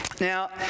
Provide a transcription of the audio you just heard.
Now